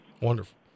Wonderful